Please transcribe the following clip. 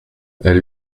elle